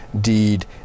deed